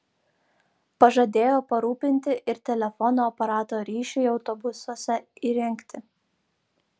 pažadėjo parūpinti ir telefono aparatų ryšiui autobusuose įrengti